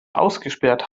ausgesperrt